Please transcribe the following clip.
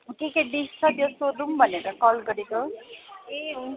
के के डिस छ त्यो सोधौँ भनेर कल गरेको